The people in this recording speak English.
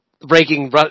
breaking